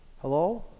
Hello